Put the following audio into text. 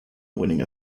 winning